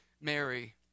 Mary